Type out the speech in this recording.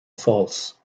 faults